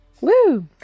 Woo